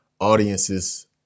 audiences